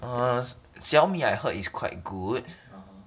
uh Xiaomi I heard is quite good